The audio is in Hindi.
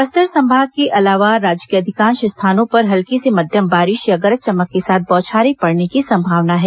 बस्तर संभाग के अलावा राज्य के अधिकांश स्थानों पर हल्की से मध्यम बारिश या गरज चमक के साथ बौछारें पड़ने की संभावना है